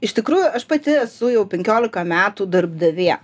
iš tikrųjų aš pati esu jau penkiolika metų darbdavė